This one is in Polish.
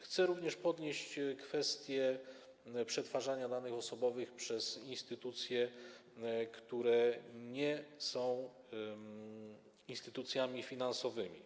Chcę również podnieść kwestię przetwarzania danych osobowych przez instytucje, które nie są instytucjami finansowymi.